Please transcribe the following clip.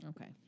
Okay